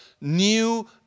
new